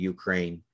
Ukraine